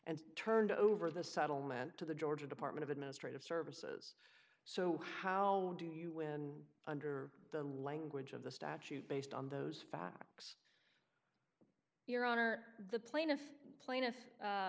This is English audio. and turned over the settlement to the georgia department of administrative services so how do you win under the language of the statute based on those facts your honor the pla